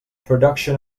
production